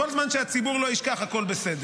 כל זמן שהציבור לא ישכח, הכול בסדר.